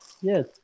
Yes